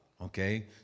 Okay